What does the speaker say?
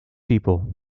people